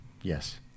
yes